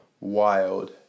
wild